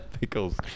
Pickles